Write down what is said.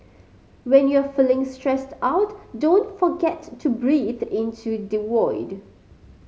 when you are feeling stressed out don't forget to breathe into the void